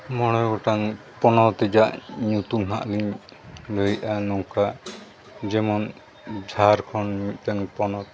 ᱢᱚᱬᱮ ᱜᱚᱴᱟᱝ ᱯᱚᱱᱚᱛ ᱨᱮᱭᱟᱜ ᱧᱩᱛᱩᱢ ᱦᱟᱜ ᱞᱤᱧ ᱞᱟᱹᱭᱮᱫᱼᱟ ᱱᱚᱝᱠᱟ ᱡᱮᱢᱚᱱ ᱡᱷᱟᱲᱠᱷᱚᱸᱰ ᱢᱤᱫᱴᱟᱹᱱ ᱯᱚᱱᱚᱛ